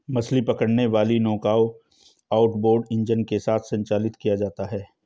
मछली पकड़ने वाली नौकाओं आउटबोर्ड इंजन के साथ संचालित किया जाता है